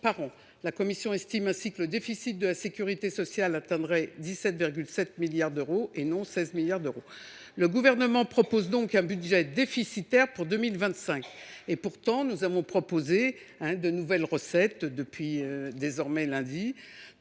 La commission estime ainsi que le déficit de la sécurité sociale atteindrait 17,7 milliards d’euros et non 16 milliards d’euros. Le Gouvernement présente donc un budget déficitaire pour 2025. Pourtant, nous proposons depuis lundi de nouvelles recettes : 3 milliards